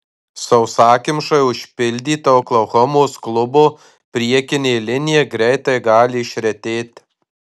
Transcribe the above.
sausakimšai užpildyta oklahomos klubo priekinė linija greitai gali išretėti